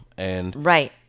Right